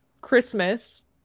Christmas